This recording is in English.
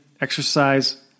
exercise